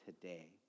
today